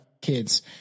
kids